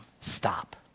stop